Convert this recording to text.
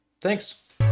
thanks